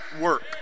work